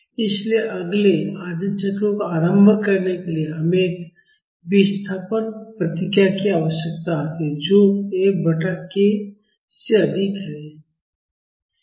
इसलिए अगले आधे चक्र को आरंभ करने के लिए हमें एक विस्थापन प्रतिक्रिया की आवश्यकता होती है जो F बटा k से अधिक है